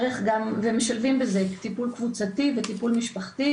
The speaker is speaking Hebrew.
משלבים בזה טיפול קבוצתי וטיפול משפחתי,